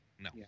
No